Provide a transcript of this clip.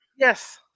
Yes